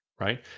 right